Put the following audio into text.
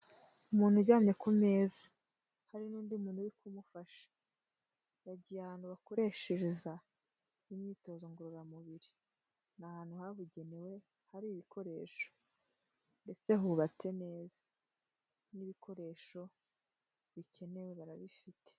Umuntu uryamye ku meza hari n'undi muntu uri kumufasha, yagiye ahantu bakoreshereza imyitozo ngorora mubiri, ni ahantu habugenewe hari ibikoresho ndetse hubatse neza n'ibikoresho bikenewe barabifite.